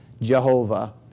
Jehovah